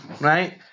right